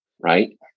right